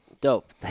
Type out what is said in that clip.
Dope